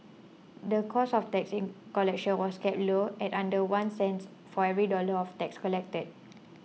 the cost of tax collection was kept low at under one cent for every dollar of tax collected